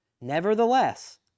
Nevertheless